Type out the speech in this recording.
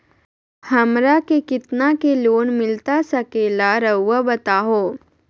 हमरा के कितना के लोन मिलता सके ला रायुआ बताहो?